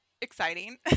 exciting